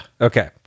Okay